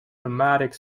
pneumatic